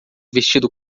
vestido